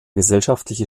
gesellschaftliche